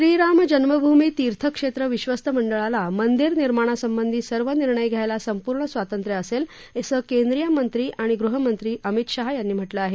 श्रीराम जन्म भूमि तीर्थ क्षेत्र विश्वस्त मंडळाला मंदिर निर्माणासंबंधी सर्व निर्णय घ्यायला संपूर्ण स्वातंत्र्य असेल असं केंद्रीय मंत्री गृहमंत्री अमित शहा यांनी म्हटलं आहे